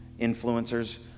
influencers